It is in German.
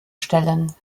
stellen